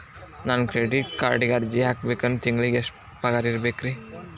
ನಾನು ಕ್ರೆಡಿಟ್ ಕಾರ್ಡ್ಗೆ ಅರ್ಜಿ ಹಾಕ್ಬೇಕಂದ್ರ ತಿಂಗಳಿಗೆ ಎಷ್ಟ ಪಗಾರ್ ಇರ್ಬೆಕ್ರಿ?